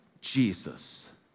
Jesus